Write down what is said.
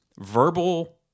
verbal